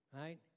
right